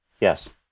yes